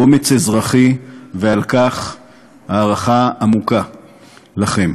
באומץ אזרחי, ועל כך הערכה עמוקה לכם.